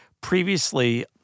previously